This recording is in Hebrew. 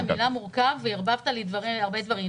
אמרת עשרים פעמים את המילה "מורכב" וערבבת בין הרבה דברים.